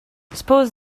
suppose